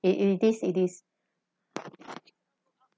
it is it is